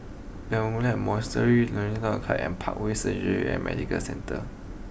Carmelite Monastery Hollandse Club and Parkway Surgery and Medical Centre